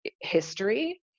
history